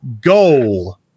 goal